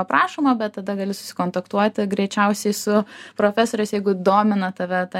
aprašoma bet tada gali susikontaktuoti greičiausiai su profesoriais jeigu domina tave ta